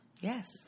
Yes